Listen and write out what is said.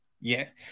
yes